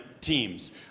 teams